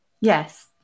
Yes